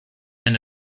end